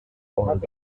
owned